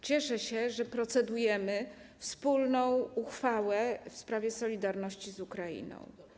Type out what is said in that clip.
Cieszę się, że procedujemy nad wspólną uchwałą w sprawie solidarności z Ukrainą.